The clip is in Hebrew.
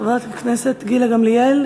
חברת הכנסת גילה גמליאל,